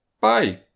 Bye